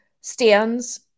stands